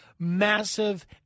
massive